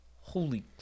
holy